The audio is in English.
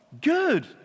Good